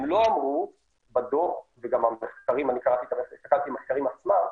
הם לא אמרו בדוח, וגם קראתי את המחקרים עצמם,